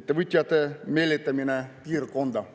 ettevõtjate meelitamine piirkonda.